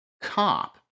cop